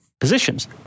positions